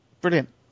brilliant